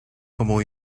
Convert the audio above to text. como